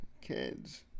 kids